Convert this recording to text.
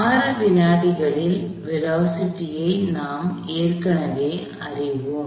6 வினாடிகளில் வேலோஸிட்டி ஐ நாம் ஏற்கனவே அறிவோம்